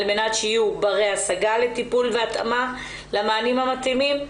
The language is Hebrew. על מנת שיהיו ברי השגה לטיפול והתאמה למענים המתאימים.